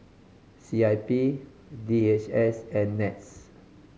C I P D H S and NETS